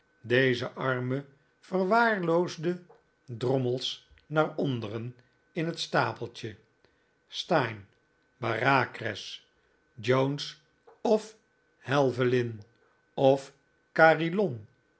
deze arme verwaarloosde drommels naar onderen in het stapeltje steyne bareacres johnes of helvellyn en caerlyon of camelot